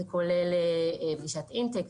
זה כולל פגישת אינטייק,